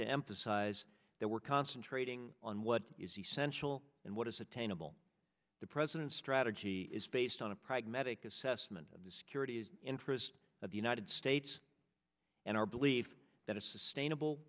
to emphasize that we're concentrating on what is essential and what is attainable the president's strategy is based on a pragmatic assessment of the security interest of the united states and our belief that a sustainable